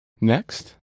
Next